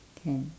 can